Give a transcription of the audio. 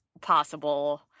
possible